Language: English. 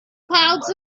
clouds